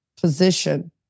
position